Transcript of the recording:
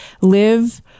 live